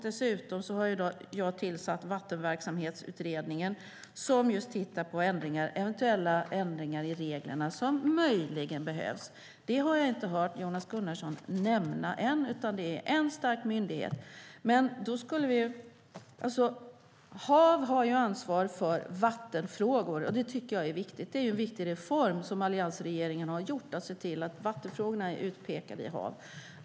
Dessutom har jag tillsatt Vattenverksamhetsutredningen som tittar på eventuella ändringar i reglerna, sådana som möjligen behövs. Det har jag inte hört Jonas Gunnarsson nämna än, utan det är en stark myndighet som ska finnas. HaV har ansvar för vattenfrågor, vilket jag tycker är viktigt. Det är en viktig reform som alliansregeringen gjort, att ha sett till att vattenfrågorna är utpekade i HaV.